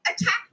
attack